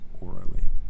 orally